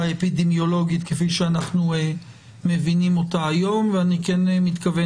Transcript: האפידמיולוגית כפי שאנחנו מבינים אותה היום ואני כן מתכוון